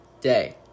day